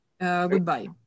Goodbye